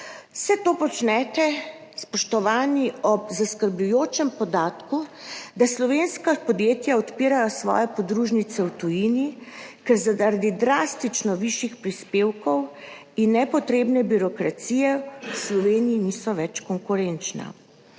Vse to počnete, spoštovani, ob zaskrbljujočem podatku, da slovenska podjetja odpirajo svoje podružnice v tujini, ker zaradi drastično višjih prispevkov in nepotrebne birokracije v Sloveniji niso več konkurenčna.